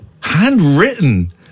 Handwritten